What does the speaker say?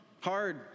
hard